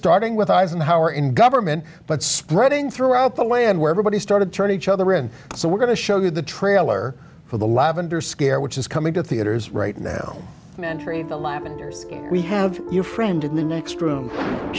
starting with eisenhower in government but spreading throughout the land where everybody started to turn each other and so we're going to show you the trailer for the lavender scare which is coming to theaters right now mandriva lavenders we have your friend in the next room